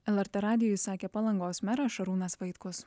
lrt radijui sakė palangos meras šarūnas vaitkus